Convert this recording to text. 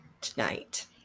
tonight